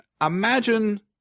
imagine